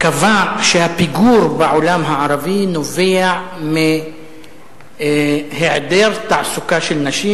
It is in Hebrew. קבע שהפיגור בעולם הערבי נובע מהיעדר תעסוקה של נשים,